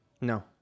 No